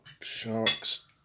Sharks